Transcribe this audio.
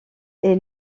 est